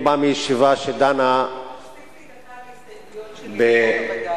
רציתי שתוסיף לי דקה להסתייגויות שלי לחוק הווד”לים.